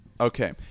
Okay